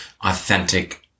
authentic